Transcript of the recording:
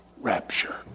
Rapture